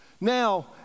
Now